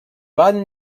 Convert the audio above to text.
van